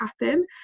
happen